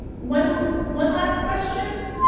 one one last question.